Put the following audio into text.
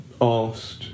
asked